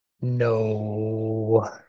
no